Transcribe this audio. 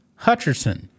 Hutcherson